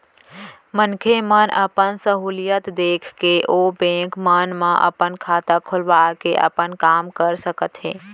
मनखे मन अपन सहूलियत देख के ओ बेंक मन म अपन खाता खोलवा के अपन काम कर सकत हें